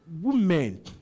Women